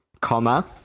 Comma